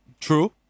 True